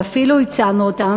ואפילו הצענו אותן,